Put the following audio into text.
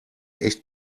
echt